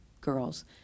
girls